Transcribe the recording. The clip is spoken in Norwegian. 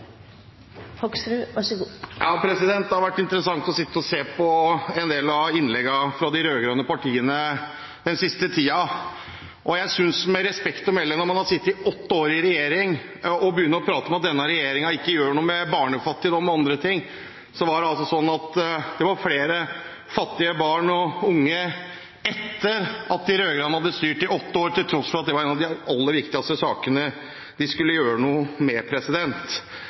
andre ting, så var det flere fattige barn og unge etter at de rød-grønne hadde styrt i åtte år, til tross for at det var en av de aller viktigste sakene de skulle gjøre noe med.